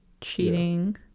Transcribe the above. cheating